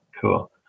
cool